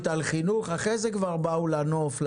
ועל חינוך ואחרי זה הגיעו בשביל הנוף,